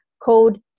code